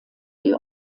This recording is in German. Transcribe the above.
die